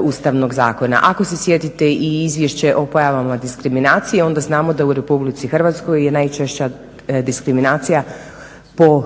Ustavnog zakona. Ako se sjetite i izvješće o pojavama diskriminacije onda znamo da u RH je najčešća diskriminacija po